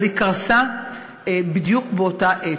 אבל היא קרסה בדיוק באותה העת,